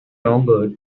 longer